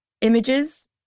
images